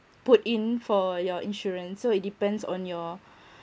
put in for your insurance so it depends on your